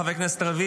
חבר הכנסת רביבו,